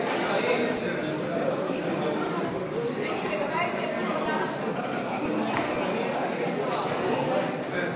ההסתייגות של חבר הכנסת אחמד טיבי לסעיף 5 לא נתקבלה.